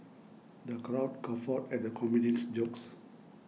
the crowd guffawed at the comedian's jokes